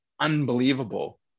unbelievable